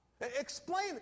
Explain